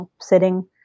sitting